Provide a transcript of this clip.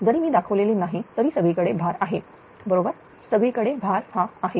जरी मी दाखवलेले नाही तरी सगळीकडे भार आहे बरोबर सगळीकडे भार हा आहे